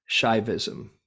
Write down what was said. Shaivism